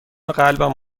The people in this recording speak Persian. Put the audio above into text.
قلبم